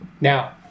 now